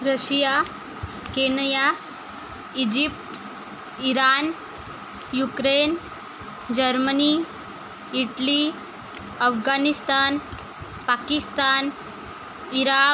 Russia Kenya Egypt Iran Ukraine Germany Italy Afghanistan Pakistan Iraq